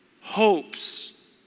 hopes